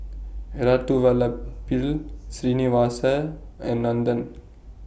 Elattuvalapil Srinivasa and Nandan